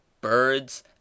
birds